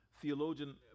Theologian